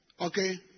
Okay